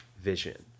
Vision